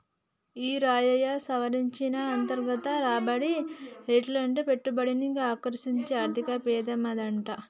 ఈరయ్యా, సవరించిన అంతర్గత రాబడి రేటంటే పెట్టుబడిని ఆకర్సించే ఆర్థిక పెమాదమాట